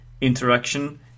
interaction